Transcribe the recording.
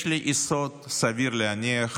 יש לי יסוד סביר להניח